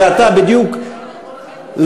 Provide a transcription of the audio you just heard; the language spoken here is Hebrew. ואתה בדיוק,